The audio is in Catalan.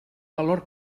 valor